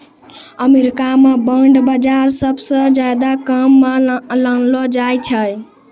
अमरीका म बांड बाजार सबसअ ज्यादा काम म लानलो जाय छै